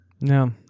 No